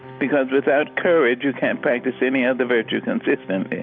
because without courage you can't practice any other virtue consistently.